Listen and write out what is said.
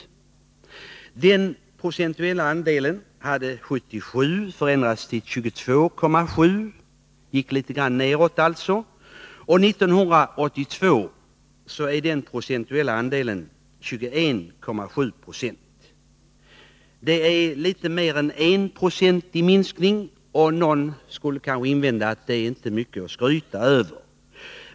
Den procentuella andelen hade 1977 gått ned något, till 22,7 9. År 1982 är den procentuella andelen 21,7 90. Det är litet mer än 1 96 i minskning, och någon skulle kanske invända att det inte är mycket att skryta över.